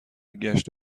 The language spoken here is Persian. گشت